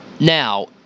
Now